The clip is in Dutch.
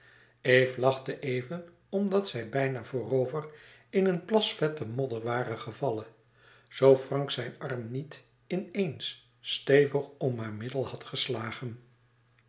eve lachte even omdat zij bijna voorover in een plas vette modder ware gevallen zoo frank zijn arm niet in eens stevig om haar middel had geslagen